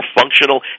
functional